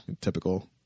Typical